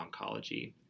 oncology